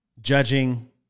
judging